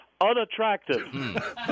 unattractive